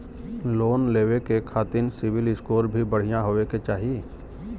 Loan लेवे के खातिन सिविल स्कोर भी बढ़िया होवें के चाही?